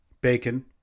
bacon